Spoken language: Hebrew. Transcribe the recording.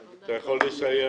אתה רוצה לסיים?